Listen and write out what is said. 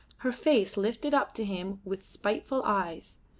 her face lifted up to him with spiteful eyes.